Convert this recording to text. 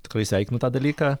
tikrai sveikinu tą dalyką